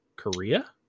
korea